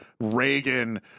Reagan